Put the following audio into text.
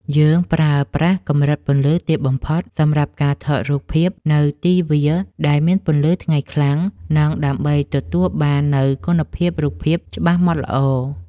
យើងប្រើប្រាស់កម្រិតពន្លឺទាបបំផុតសម្រាប់ការថតរូបភាពនៅទីវាលដែលមានពន្លឺថ្ងៃខ្លាំង និង ដើម្បីទទួលបាននូវគុណភាពរូបភាពច្បាស់ម៉ដ្ឋល្អ។